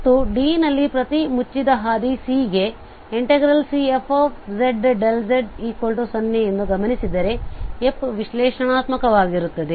ಮತ್ತು D ನಲ್ಲಿ ಪ್ರತಿ ಮುಚ್ಚಿದ ಹಾದಿ C ಗೆ Cfzdz0 ಎಂದು ಗಮನಿಸಿದರೆ f ವಿಶ್ಲೇಷಣಾತ್ಮಕವಾಗಿರುತ್ತದೆ